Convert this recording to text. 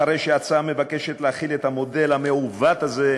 הרי שההצעה מבקשת להחיל את המודל המעוות הזה,